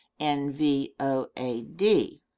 NVOAD